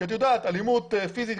אלימות פיזית,